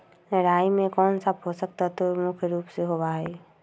राई में कौन सा पौषक तत्व मुख्य रुप से होबा हई?